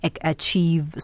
achieve